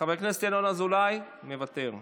חבר הכנסת ינון אזולאי, מוותר,